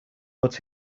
but